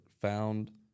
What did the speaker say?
found